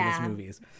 movies